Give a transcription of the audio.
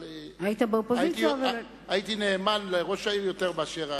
אבל הייתי נאמן לראש העיר יותר מאשר סגניו.